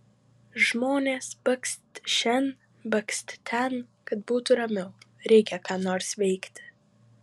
žmonės bakst šen bakst ten kad būtų ramiau reikia ką nors veikti